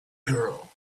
girl